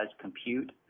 compute